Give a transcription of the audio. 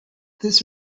this